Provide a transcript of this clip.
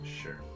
Sure